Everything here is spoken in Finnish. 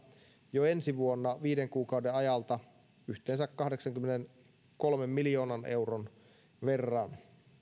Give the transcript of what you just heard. jo ensi vuonna viiden kuukauden ajalta yhteensä kahdeksankymmenenkolmen miljoonan euron verran